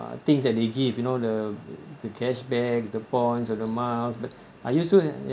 things that they give you know the the cash bags the points or the miles but are you so